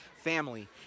family